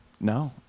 No